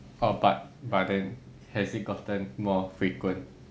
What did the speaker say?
but but then has it gotten more frequent